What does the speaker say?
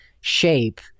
shape